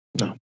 No